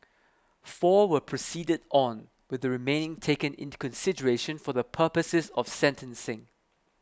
four were proceeded on with the remaining taken into consideration for the purposes of sentencing